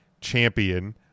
champion